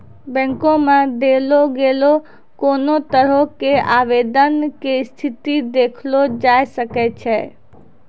बैंको मे देलो गेलो कोनो तरहो के आवेदन के स्थिति देखलो जाय सकै छै